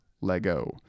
Lego